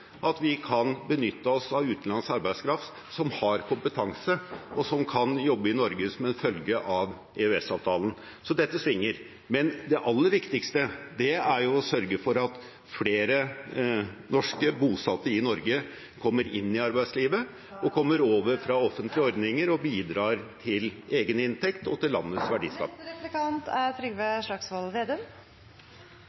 at vi kan benytte oss av utenlandsk arbeidskraft som har kompetanse, og som kan jobbe i Norge som en følge av EØS-avtalen. Så dette svinger. Men det aller viktigste er å sørge for at flere norske bosatt i Norge kommer inn i arbeidslivet og kommer over fra offentlige ordninger og bidrar til egen inntekt og til landets